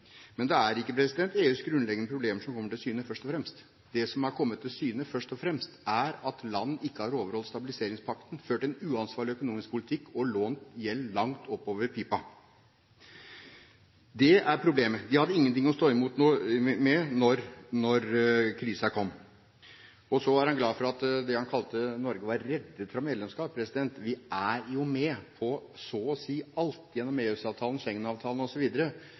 Men det er ikke EUs grunnleggende problemer som først og fremst kommer til syne. Det som først og fremst er kommet til syne, er at land ikke har overholdt stabiliseringspakten, har ført en uansvarlig økonomisk politikk, har lånt penger og fått gjeld til langt over pipa. Det er problemet. De hadde ingenting å stå imot med da krisen kom. Så er han glad for at Norge var reddet «fra medlemskap». Vi er jo med på så å si alt – gjennom